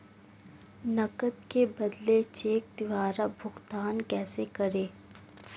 नकद के बदले चेक द्वारा भुगतान कैसे करें?